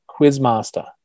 Quizmaster